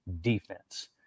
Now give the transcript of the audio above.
defense